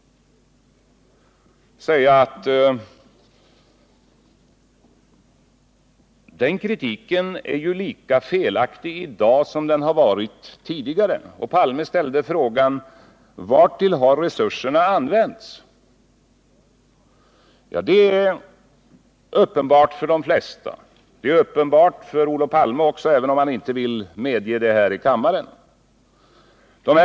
Men denna kritik är ju lika felaktig i dag som tidigare. Palme ställde frågan: Vartill har resurserna använts? Detta är uppenbart för de flesta, och det är uppenbart för Olof Palme också — även om han inte vill medge det här i kammaren.